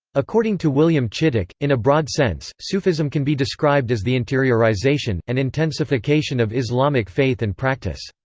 according to william chittick, in a broad sense, sufism can be described as the interiorization, and intensification of islamic faith and practice.